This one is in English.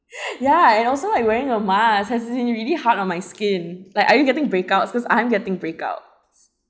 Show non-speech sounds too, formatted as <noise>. <laughs> ya and also like wearing a mask has been really hard on my skin like are you getting breakouts cause I'm getting break outs